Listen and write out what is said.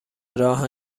راهن